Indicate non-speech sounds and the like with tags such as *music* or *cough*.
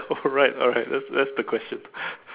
*laughs* alright alright that's that's the question